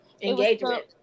Engagement